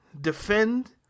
defend